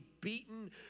beaten